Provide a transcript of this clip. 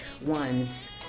ones